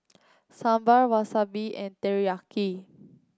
Sambar Wasabi and Teriyaki